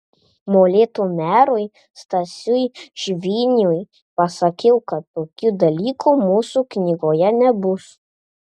molėtų merui stasiui žviniui pasakiau kad tokių dalykų mūsų knygoje nebus